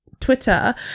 twitter